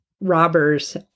robbers